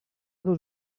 dos